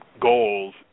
goals